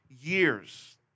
years